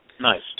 nice